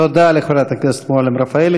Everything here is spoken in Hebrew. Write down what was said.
תודה לחברת הכנסת מועלם-רפאלי.